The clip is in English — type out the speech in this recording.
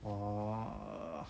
我 err